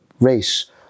race